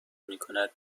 میکند